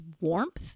warmth